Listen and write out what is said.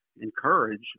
encourage